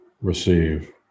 receive